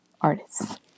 artists